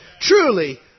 truly